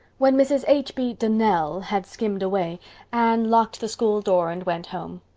when mrs. h. b. donnell had skimmed away anne locked the school door and went home.